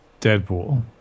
Deadpool